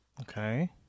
Okay